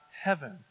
heaven